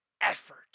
effort